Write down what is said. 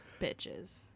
Bitches